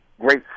great